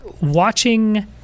watching